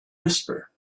whisper